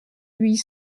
huit